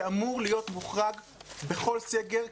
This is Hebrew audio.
שאמור להיות מוחרג בכל סגר,